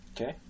Okay